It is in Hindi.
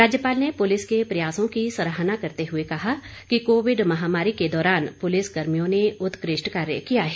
राज्यपाल ने पुलिस के प्रयासों की सराहना करते हुए कहा कि कोविड महामारी के दौरान पुलिस कर्मियों ने उत्कृष्ट कार्य किया है